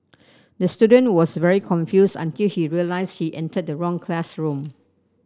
the student was very confused until he realised he entered the wrong classroom